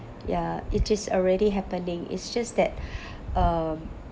ya it is already happening it's just that uh